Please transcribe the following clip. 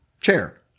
chair